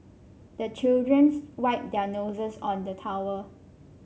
the children's wipe their noses on the towel